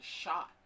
shot